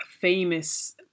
famous